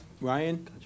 Ryan